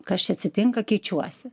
kas čia atsitinka keičiuosi